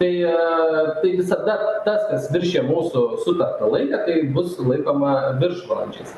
tai tai visada tas kas viršija mūsų sutartą laiką tai bus laikoma viršvalandžiais